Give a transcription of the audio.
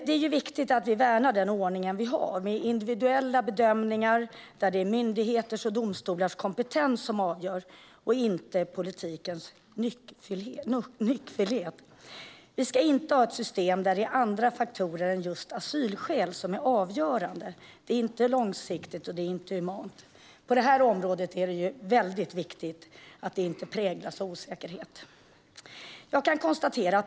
Det är viktigt att vi värnar den ordning vi har, med individuella bedömningar där det är myndigheters och domstolars kompetens och inte politikens nyckfullhet som avgör. Vi ska inte ha ett system där andra faktorer än just asylskäl är avgörande. Det är inte långsiktigt, och det är inte humant. Det är väldigt viktigt att det här området inte präglas av osäkerhet.